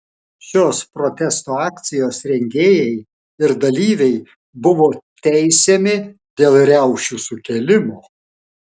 šios protesto akcijos rengėjai ir dalyviai buvo teisiami dėl riaušių sukėlimo